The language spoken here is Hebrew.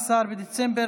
אפס מתנגדים,